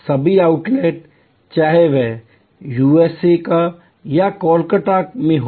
सभी आउटलेट चाहे वह यूएसए या कलकत्ता में हों